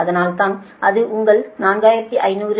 அதனால்தான் அது உங்கள் 4500 0